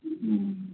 हम्म